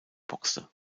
boxte